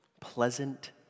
Pleasant